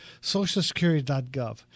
socialsecurity.gov